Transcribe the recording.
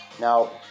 Now